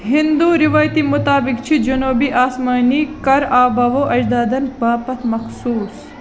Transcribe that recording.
ہِنٛدو رٮ۪وایتی مُطٲبِق چھُ جنوٗبی آسمٲنی کَر آباہو اجدادَن باپتھ مخصوٗص